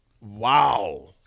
Wow